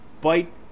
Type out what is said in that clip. bite